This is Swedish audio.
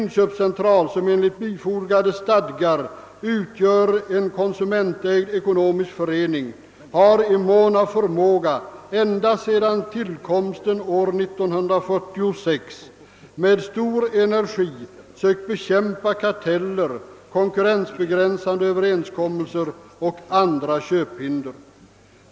Jag citerar: »LIC, som enligt bifogade stadgar utgör en konsumentägd ekonomisk förening, har i mån av förmåga ända sedan tillkomsten år 1946 med stor energi sökt bekämpa karteller, konkurrensbegränsande överenskommelser och andra köphinder.